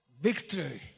victory